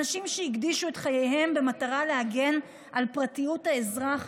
אנשים שהקדישו את חייהם במטרה להגן על פרטיות האזרח,